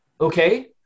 okay